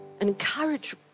Encourage